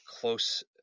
close